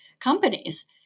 companies